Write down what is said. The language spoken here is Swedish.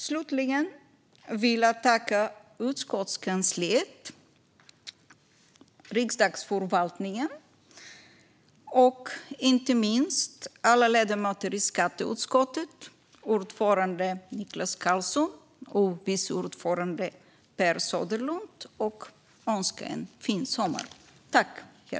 Slutligen vill jag tacka utskottskansliet, Riksdagsförvaltningen och inte minst alla ledamöter i skatteutskottet, inklusive ordföranden Niklas Karlsson och vice ordföranden Per Söderlund, och önska en fin sommar.